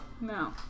no